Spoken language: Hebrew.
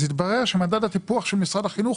התברר שמדד הטיפוח של משרד החינוך